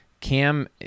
Cam